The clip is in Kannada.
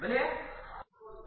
ಗುವಾಹಟಿ ಪೊಲೀಸ್